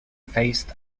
faced